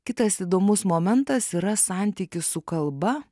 kitas įdomus momentas yra santykis su kalba